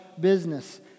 business